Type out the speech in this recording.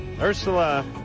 Ursula